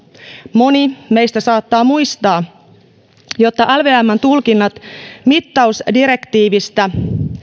moni meistä saattaa muistaa että lvmn tulkinnat mittausdirektiivistä